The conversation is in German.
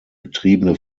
betriebene